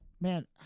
man